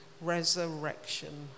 resurrection